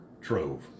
trove